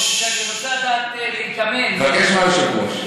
אני רוצה לדעת, להתאמן, תבקש מהיושב-ראש.